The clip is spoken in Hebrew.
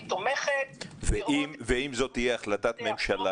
אם זו תהיה החלטת ממשלה